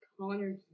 Connor